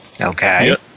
Okay